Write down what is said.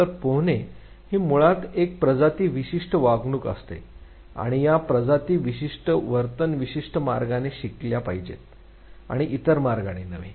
तर पोहणे ही मुळात एक प्रजाती विशिष्ट वागणूक असते आणि या प्रजाती विशिष्ट वर्तन विशिष्ट मार्गाने शिकल्या पाहिजेत आणि इतर मार्गांनी नव्हे